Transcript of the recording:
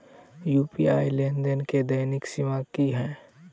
UPI लेनदेन केँ दैनिक सीमा की है?